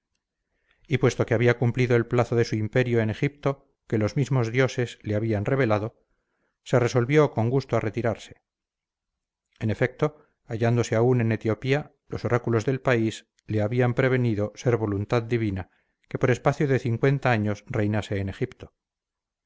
y puesto que había cumplido el plazo de su imperio en egipto que los mismos dioses le habían revelado se resolvió con gusto a retirarse en efecto hallándose aun en etiopía los oráculos del país la habían prevenido ser voluntad divina que por espacio de años reinase en egipto con